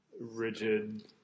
rigid